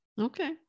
Okay